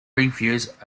reviews